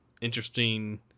interesting